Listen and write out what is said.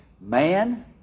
man